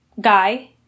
guy